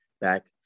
back